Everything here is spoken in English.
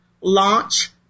launch